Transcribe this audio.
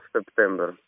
September